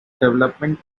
development